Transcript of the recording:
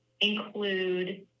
include